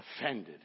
offended